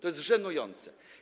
To jest żenujące.